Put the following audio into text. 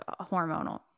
hormonal